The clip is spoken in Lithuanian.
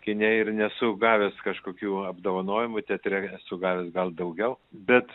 kine ir nesu gavęs kažkokių apdovanojimų teatre esu gavęs gal daugiau bet